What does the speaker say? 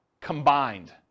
combined